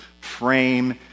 frame